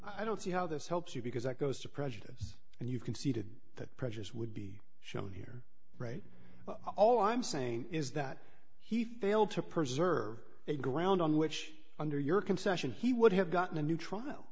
i don't see how this helps you because that goes to prejudice and you conceded that precious would be shown here right all i'm saying is that he failed to preserve a ground on which under your concession he would have gotten a new trial